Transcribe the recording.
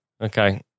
Okay